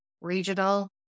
regional